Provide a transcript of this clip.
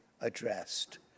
addressed